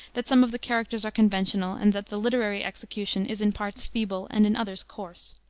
that some of the characters are conventional, and that the literary execution is in parts feeble and in others coarse.